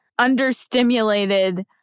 understimulated